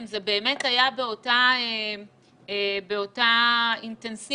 אם זה באמת היה באותה אינטנסיביות,